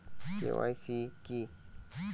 KYC কি?